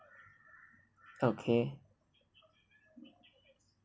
okay